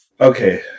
Okay